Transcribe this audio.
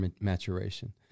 maturation